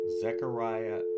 Zechariah